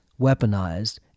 weaponized